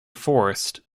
forced